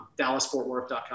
dallasfortworth.com